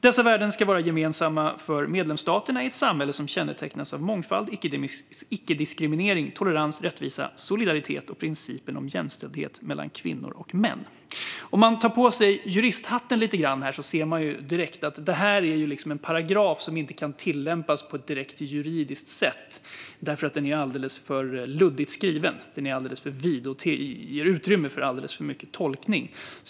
Dessa värden ska vara gemensamma för medlemsstaterna i ett samhälle som kännetecknas av mångfald, icke-diskriminering, tolerans, rättvisa, solidaritet och principen om jämställdhet mellan kvinnor och män." Om man tar på sig juristhatten lite grann ser man direkt att det är en paragraf som inte kan tillämpas på ett direkt juridiskt sätt därför att den är alldeles för luddigt skriven. Den är för vid och ger utrymme för alldeles för mycket tolkning.